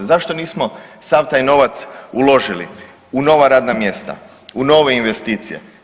Zašto nismo sav taj novac uložili u nova radna mjesta, u nove investicije?